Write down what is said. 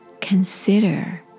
consider